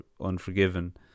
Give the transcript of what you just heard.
Unforgiven